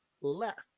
left